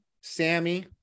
sammy